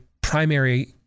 primary